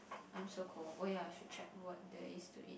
I'm so cold oh ya I should check what there is to eat